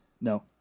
No